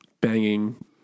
banging